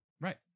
Right